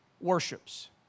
worships